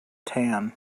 tan